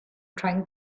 trying